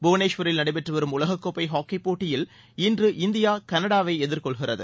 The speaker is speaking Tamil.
புவனேஸ்வரில் நடைபெற்று வரும் உலக கோப்பை ஹாக்கிப் போட்டியில் இன்று இந்தியா கனடாவை எதிர்கொள்கிறது